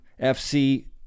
FC